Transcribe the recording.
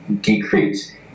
decrease